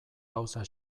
gauza